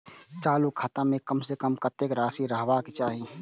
चालु खाता में कम से कम कतेक राशि रहबाक चाही?